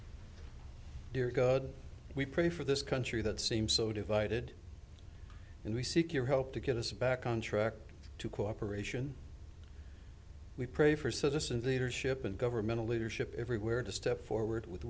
able dear god we pray for this country that seem so divided and we seek your help to get us back on track to cooperation we pray for citizens leadership and governmental leadership everywhere to step forward with